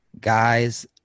guys